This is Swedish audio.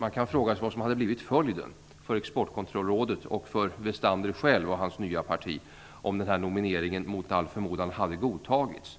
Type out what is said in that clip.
Man kan fråga sig vad som hade blivit följden för Exportkontrollrådet och för Westander själv och hans nya parti om nomineringen mot all förmodan hade godtagits.